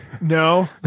No